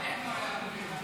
הצעת חוק הביטוח הלאומי (תיקון